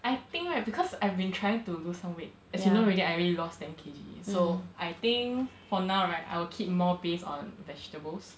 I think right because I've been trying to lose some weight as you know really I already lost ten K_G so I think for now right I will keep more based on vegetables